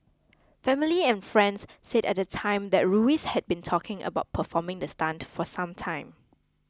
family and friends said at the time that Ruiz had been talking about performing the stunt for some time